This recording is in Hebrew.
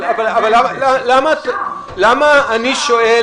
אפשר לשקול